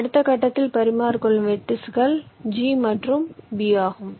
அடுத்த கட்டத்தில் பரிமாறிக்கொள்ளும் வெர்ட்டிஸ்கள் g மற்றும் b ஆகும்